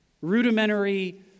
rudimentary